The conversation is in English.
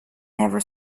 never